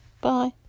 Bye